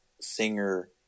Singer